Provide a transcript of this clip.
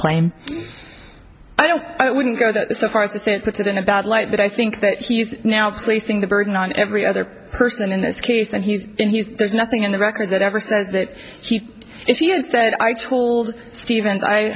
claim i don't i wouldn't go that so far as to say it puts it in a bad light but i think that he is now placing the burden on every other person in this case and he's in his there's nothing in the record that ever says that he if he had said i told stevens i